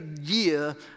year